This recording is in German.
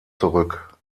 zurück